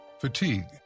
fatigue